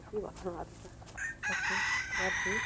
अब के भन्नु अरू त सक्छु गर्छु